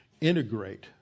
integrate